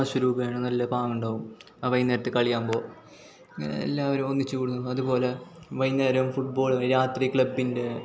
നല്ല പാങ്ങുണ്ടാവും ആ വൈകുന്നേരത്ത് കളി ആമ്പൊ ഇങ്ങനെ എല്ലാവരും ഒന്നിച്ച് കൂടുന്നു അതുപോലെ വൈകുന്നേരം ഫുട്ബോള് കളി രാത്രി ക്ലബ്ബിൻ്റെ